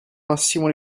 massimo